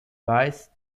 weiss